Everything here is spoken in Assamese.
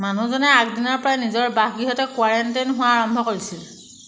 মানুহজনে আগদিনাৰ পৰাই নিজৰ বাসগৃহতে কোৱাৰেণ্টাইন হোৱা আৰম্ভ কৰিছিল